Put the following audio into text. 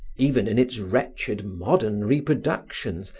even in its wretched modern reproductions,